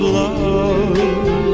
love